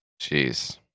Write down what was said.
Jeez